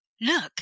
Look